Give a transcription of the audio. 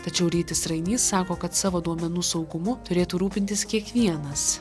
tačiau rytis rainys sako kad savo duomenų saugumu turėtų rūpintis kiekvienas